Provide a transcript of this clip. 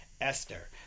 Esther